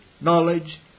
knowledge